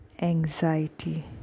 anxiety